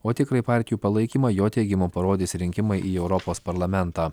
o tikrąjį partijų palaikymą jo teigimu parodys rinkimai į europos parlamentą